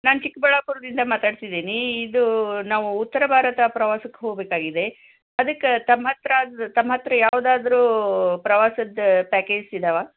ನಾನು ಚಿಕ್ಕಬಳ್ಳಾಪುರದಿಂದ ಮಾತಾಡ್ತಿದ್ದೀನಿ ಇದು ನಾವು ಉತ್ತರ ಭಾರತ ಪ್ರವಾಸಕ್ಕೆ ಹೋಗಬೇಕಾಗಿದೆ ಅದಕ್ಕೆ ತಮ್ಮ ಹತ್ರ ತಮ್ಮ ಹತ್ರ ಯಾವುದಾದರೂ ಪ್ರವಾಸದ ಪ್ಯಾಕೇಜ್ಸ್ ಇದ್ದಾವಾ